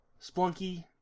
Splunky